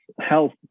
health